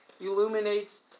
illuminates